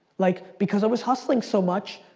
like because i was hustling so much.